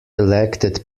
elected